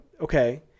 okay